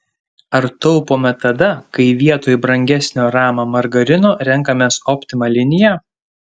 ar taupome tada kai vietoj brangesnio rama margarino renkamės optima liniją